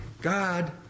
God